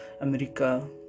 America